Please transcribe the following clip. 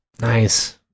Nice